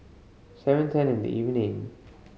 seven ten in the evening